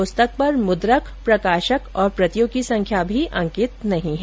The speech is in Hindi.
पुस्तक पर मुद्रक प्रकाशक और प्रतियों की संख्या भी अंकित नहीं है